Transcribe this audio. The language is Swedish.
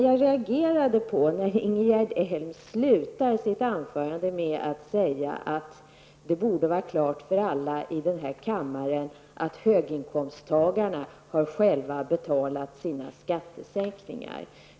Jag reagerade emot att Ingegerd Elm avslutade sitt anförande med att säga att det borde vara uppenbart för alla i denna kammare att höginkomsttagarna själva har betalat sina skattesänkningar.